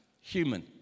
human